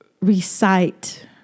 recite